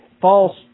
false